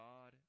God